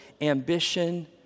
ambition